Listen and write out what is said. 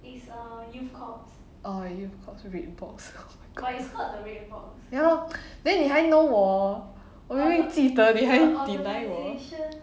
ah ya youth corps red box oh my god ya lor then 你还 no 我我明明记得你还 deny 我